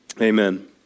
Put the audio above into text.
amen